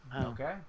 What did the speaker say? okay